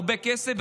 הרבה כסף,